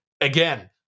again